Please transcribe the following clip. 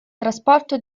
trasporto